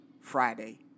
Friday